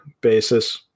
basis